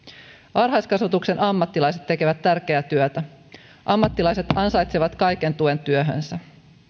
varhaiskasvatuksen ammattilaiset tekevät tärkeää työtä ammattilaiset ansaitsevat kaiken tuen työhönsä